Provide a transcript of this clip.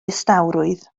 distawrwydd